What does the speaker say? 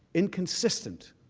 inconsistent